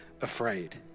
afraid